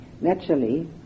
Naturally